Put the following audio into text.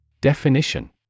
Definition